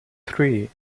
three